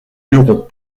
hurons